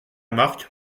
mark